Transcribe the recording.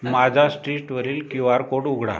माझा स्टिटवरील Q R code उघडा